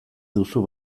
duzu